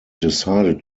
decided